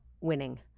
winning